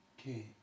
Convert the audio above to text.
Okay